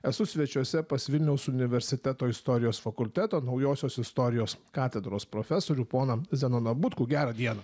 esu svečiuose pas vilniaus universiteto istorijos fakulteto naujosios istorijos katedros profesorių poną zenoną butkų gerą dieną